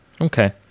Okay